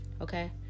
okay